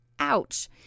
Ouch